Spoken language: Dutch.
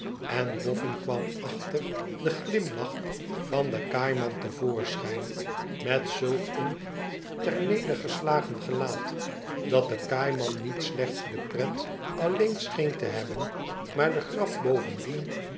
en bofïin kwam achter den glimlach van den kaaiman te voorschijn met zulk een ter neder geslagen gelaat dat de kaaiman niet slechts de pret alleen scheen te hebben maar de grap bovendien